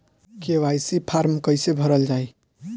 KYC form कइसे भरल जाइ?